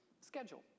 schedule